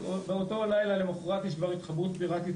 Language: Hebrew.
באותו לילה למחרת יש כבר התחברות פיראטית